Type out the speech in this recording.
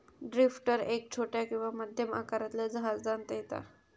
drifter एक छोट्या किंवा मध्यम आकारातल्या जहाजांत येता